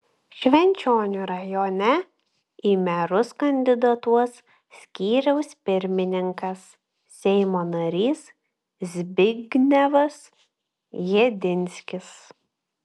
švenčionių rajone į merus kandidatuos skyriaus pirmininkas seimo narys zbignevas jedinskis